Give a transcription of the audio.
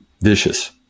vicious